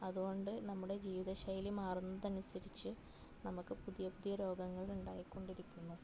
അതുകൊണ്ട് നമ്മുടെ ജീവിത ശൈലി മാറുന്നതനുസരിച്ച് നമുക്ക് പുതിയ പുതിയ രോഗങ്ങൾ ഉണ്ടായിക്കൊണ്ടിരിക്കുന്നു